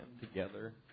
together